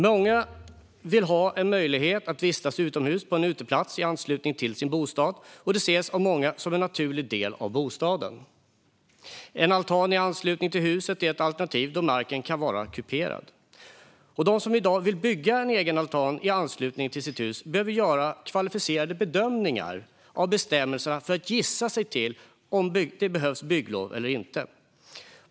Många vill ha en möjlighet att vistas utomhus på en uteplats i anslutning till sin bostad, och det ses av många som en naturlig del av bostaden. En altan i anslutning till huset är ett alternativ då marken kan vara kuperad. De som i dag vill bygga en egen altan i anslutning till sitt hus behöver göra kvalificerade bedömningar av bestämmelserna för att gissa sig till om det behövs bygglov eller inte.